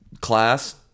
class